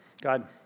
God